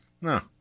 No